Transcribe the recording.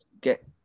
get